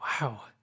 Wow